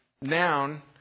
noun